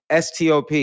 STOP